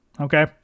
Okay